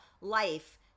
life